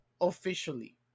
officially